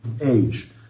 age